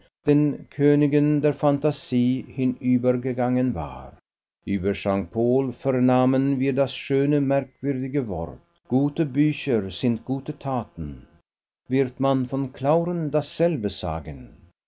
den königen der phantasie hinübergegangen war über jean paul vernahmen wir das schöne merkwürdige wort gute bücher sind gute taten wird man von clauren dasselbe sagen